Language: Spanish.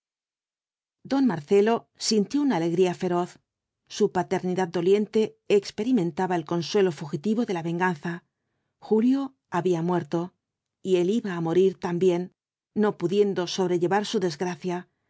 don marcelo sintió una alegría feroz su paternidad doliente experimentaba el consuelo fugitivo de la venganza julio había muerto y él iba á morir también no pudiendo sobrellevar su desgracia